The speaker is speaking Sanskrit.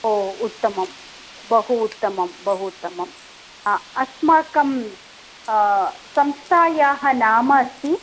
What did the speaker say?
ओ उत्तमं बहु उत्तमं बहु उत्तमं अस्माकं संस्थायाः नाम अस्ति